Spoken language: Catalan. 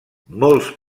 molts